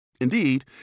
Indeed